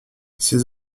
ses